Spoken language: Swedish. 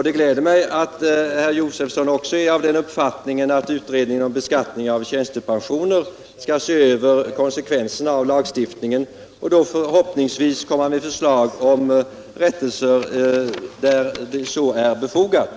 Det gläder mig att herr Josefson också är av den uppfattningen att utredningen om beskattningen av tjänstepensioner skall se över konsekvenserna av lagstiftningen och förhoppningsvis komma med förslag om rättelser där så är befogat.